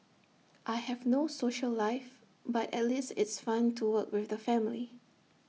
I have no social life but at least it's fun to work with the family